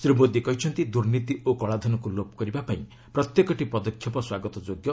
ଶ୍ରୀ ମୋଦି କହିଛନ୍ତି ଦୂର୍ନୀତି ଓ କଳାଧନକୁ ଲୋପ କରିବାପାଇଁ ପ୍ରତ୍ୟେକଟି ପଦକ୍ଷେପ ସ୍ୱାଗତଯୋଗ୍ୟ